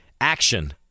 action